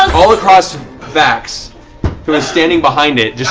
all across vax. who was standing behind it,